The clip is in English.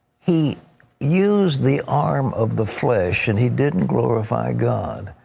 he used the arm of the flesh and he didn't glorify god.